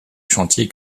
chantier